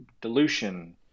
dilution